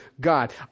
God